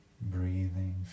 breathing